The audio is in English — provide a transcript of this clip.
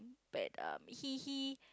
but um he he